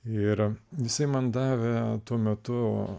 ir visi man davė tuo metu